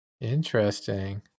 Interesting